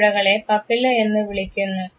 ഈ മുഴകളെ പപ്പില്ല എന്നു വിളിക്കുന്നു